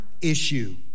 issue